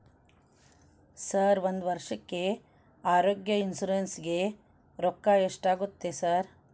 Sir ಒಂದು ವರ್ಷಕ್ಕೆ ಆರೋಗ್ಯ ಇನ್ಶೂರೆನ್ಸ್ ಗೇ ರೊಕ್ಕಾ ಎಷ್ಟಾಗುತ್ತೆ ಸರ್?